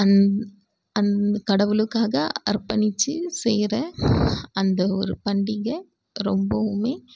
அந்த அந்த கடவுளுக்காக அர்பணித்து செய்கிற அந்த ஒரு பண்டிகை ரொம்பவுமே